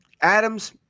Adams